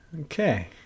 Okay